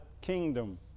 kingdom